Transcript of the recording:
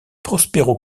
prospero